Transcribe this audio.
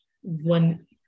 one